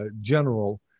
general